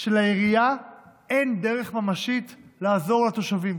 כשלעירייה אין דרך ממשית לעזור לתושבים.